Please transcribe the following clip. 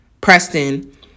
Preston